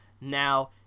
Now